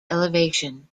elevation